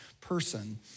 person